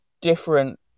different